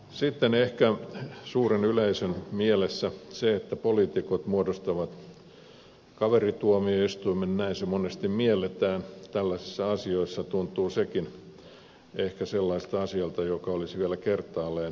sitten se että suuren yleisön mielessä poliitikot muodostavat kaverituomioistuimen näin se monesti mielletään tällaisissa asioissa tuntuu sellaiselta asialta joka olisi vielä kertaalleen mietittävä